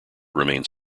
remains